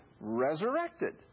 resurrected